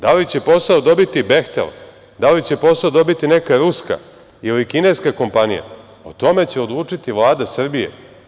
Da li će posao u Srbiji dobiti „Behtel“, da li će posao dobiti neka ruska ili kineska kompanija, o tome će odlučiti Vlada Srbije.